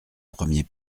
premier